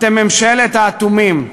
אתם ממשלת האטומים.